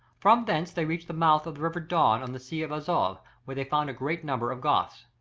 from thence they reached the mouth of the river don on the sea of azov where they found a great number of goths.